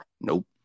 Nope